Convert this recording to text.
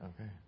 Okay